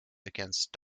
against